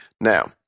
Now